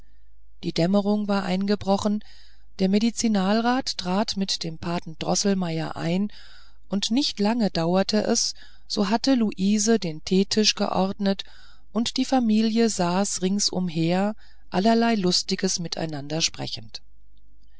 die dämmerung war eingebrochen der medizinalrat trat mit dem paten droßelmeier hinein und nicht lange dauerte es so hatte luise den teetisch geordnet und die familie saß ringsumher allerlei lustiges miteinander sprechend